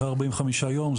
אחרי 45 יום,